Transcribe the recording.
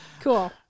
Cool